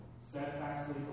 steadfastly